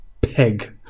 Pig